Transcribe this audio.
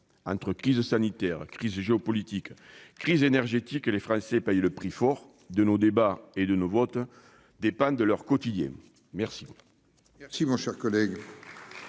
Entre crise sanitaire, crise géopolitique, crise énergétique, les Français payent le prix fort. De nos débats et de nos votes dépend leur quotidien. La